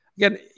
Again